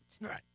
Right